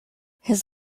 his